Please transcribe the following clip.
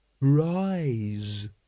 Rise